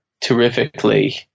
terrifically